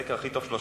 הסקר הכי טוב שלו,